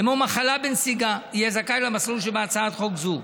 כמו מחלה בנסיגה, יהיה זכאי למסלול שבהצעת חוק זו,